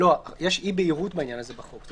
יש אי-בהירות בעניין הזה בחוק.